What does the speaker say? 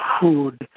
food